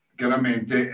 chiaramente